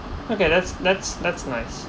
okay that's that's nice